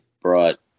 brought